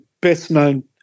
best-known